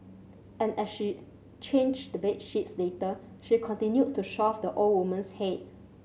and as she changed the bed sheets later she continued to shove the old woman's head